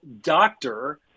doctor